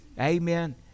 Amen